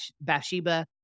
Bathsheba